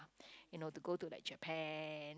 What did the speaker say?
you know to go to like Japan